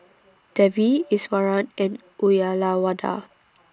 Devi Iswaran and Uyyalawada